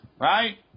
Right